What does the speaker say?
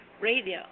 Radio